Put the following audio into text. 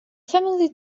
family